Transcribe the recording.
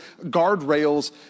guardrails